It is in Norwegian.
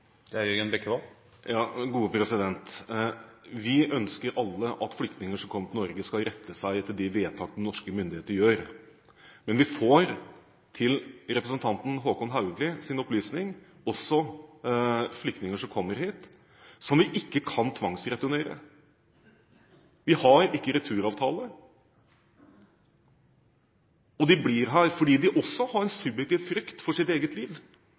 Vi ønsker alle at flyktninger som kommer til Norge, skal rette seg etter de vedtak de norske myndigheter gjør. Men vi får også – til representanten Hauglis opplysning – flyktninger som kommer hit som vi ikke kan tvangsreturnere. Vi har ikke returavtaler. Og de blir her fordi de har en subjektiv frykt for sitt eget liv.